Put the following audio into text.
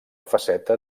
faceta